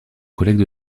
collègue